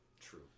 true